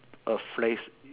a phrase